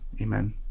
Amen